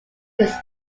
this